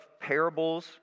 parables